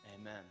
Amen